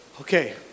Okay